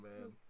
man